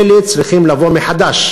אלה צריכים לבוא מחדש